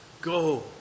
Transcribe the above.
Go